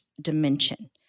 dimension